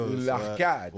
l'arcade